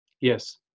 Yes